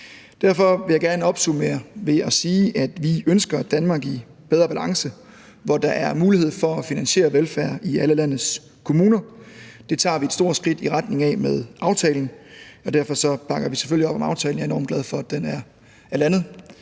Derfor vil jeg gerne opsummere ved at sige, at vi ønsker et Danmark i bedre balance, hvor der er mulighed for at finansiere velfærd i alle landets kommuner. Det tager vi et stort skridt i retning af med aftalen, og derfor bakker vi selvfølgelig op om aftalen. Jeg er enormt glad for, at den er landet